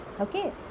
Okay